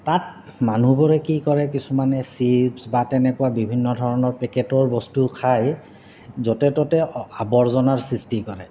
তাত মানুহবোৰে কি কৰে কিছুমানে চিপ্ছ বা তেনেকুৱা বিভিন্ন ধৰণৰ পেকেটৰ বস্তু খাই য'তে ত'তে আৱৰ্জনাৰ সৃষ্টি কৰে